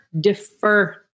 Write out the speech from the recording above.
Defer